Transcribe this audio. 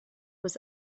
was